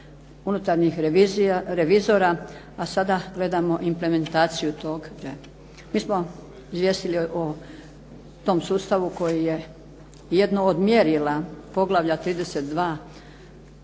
unutarnjih revizora, a sada gledamo implementaciju tog …/Govornica se ne razumije./… Mi smo izvijestili o tom sustavu koji je jedno od mjerila poglavlja 32.